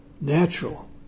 natural